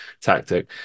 tactic